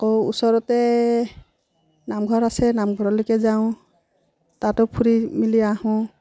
আকৌ ওচৰতে নামঘৰ আছে নামঘৰলৈকে যাওঁ তাতো ফুৰি মেলি আহোঁ